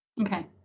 Okay